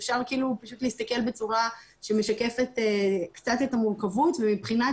אפשר להסתכל בצורה שמשקפת קצת את המורכבות ומבחינת